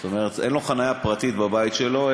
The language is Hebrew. זאת אומרת אין לו חניה פרטית בבית שלו,